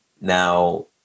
Now